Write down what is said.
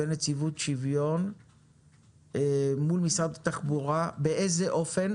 נציבות שוויון מול משרד התחבורה באיזה אופן